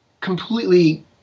completely